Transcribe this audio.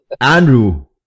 Andrew